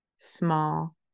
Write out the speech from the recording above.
small